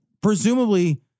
presumably